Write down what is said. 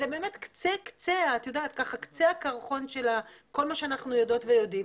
זה באמת קצה הקרחון של כל מה שאנחנו יודעות ויודעים,